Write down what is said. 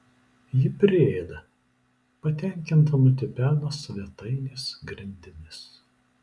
ji priėda patenkinta nutipena svetainės grindimis